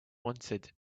wanted